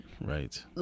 right